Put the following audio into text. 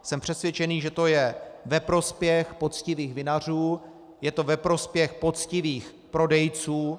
Jsem přesvědčen, že je to ve prospěch poctivých vinařů, je to ve prospěch poctivých prodejců.